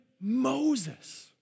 Moses